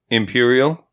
imperial